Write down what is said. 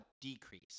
decrease